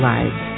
Lives